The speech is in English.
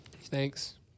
Thanks